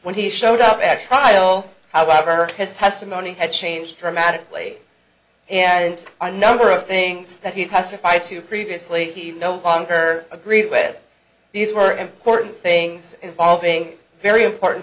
when he showed up after trial however his testimony had changed dramatically and our number of things that he testified to previously he no longer agreed with these were important things involving very important